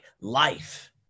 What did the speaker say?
life